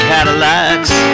Cadillacs